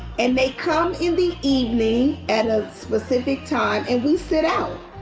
and they come in the evening at a specific time and we sit out.